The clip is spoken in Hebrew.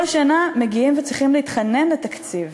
כל שנה מגיעים וצריכים להתחנן לתקציב.